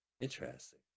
Interesting